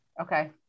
Okay